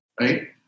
right